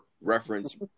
reference